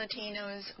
Latinos